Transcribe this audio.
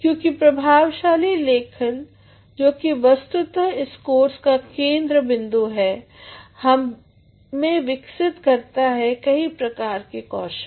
क्योंकि प्रभावशाली लेखन जो की वस्तुतःइस कोर्स का केंद्र बिंदु है हममें विकसित करता है कई प्रकार के कौशल